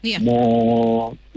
more